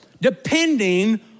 depending